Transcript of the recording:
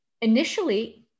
initially